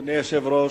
אדוני היושב-ראש,